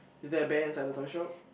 is there a bear inside the toy shop